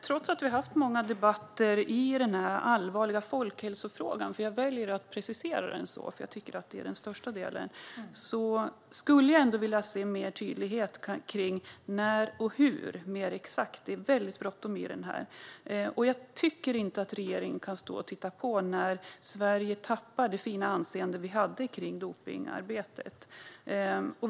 Trots att vi har haft många debatter i denna allvarliga folkhälsofråga - jag väljer att precisera den så eftersom det är den största delen - skulle jag vilja ha mer tydlighet i när och hur, för det är bråttom. Regeringen kan inte stå och se på när Sverige tappar det fina anseende vi har haft i arbetet mot dopning.